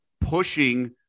pushing